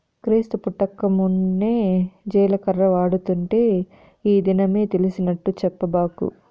క్రీస్తు పుట్టకమున్నే జీలకర్ర వాడుతుంటే ఈ దినమే తెలిసినట్టు చెప్పబాకు